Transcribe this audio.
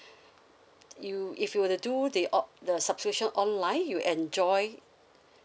you if you were to do the o~ the subscription online you enjoy